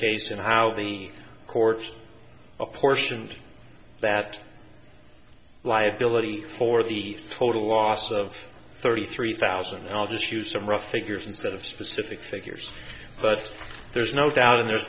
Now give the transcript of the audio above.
case and how the courts apportioned that liability for the total loss of thirty three thousand and i'll just use of rough figures instead of specific figures but there's no doubt and there's